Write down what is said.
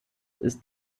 ist